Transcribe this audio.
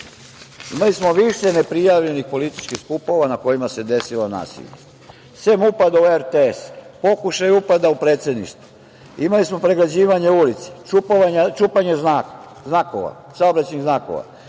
Imali smo više neprijavljenih političkih skupova na kojima se desilo nasilje. Sem upada u RTS, pokušaja upada u Predsedništvo, imali smo pregrađivanje ulice, čupanje saobraćajnih znakova,